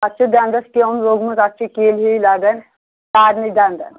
اَتھ چھِ دَنٛدَس کیوٚم لوگمُت اَتھ چھِ کِلۍ ہِی لَگن سارنٕے دَنٛدَن